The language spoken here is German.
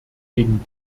gegen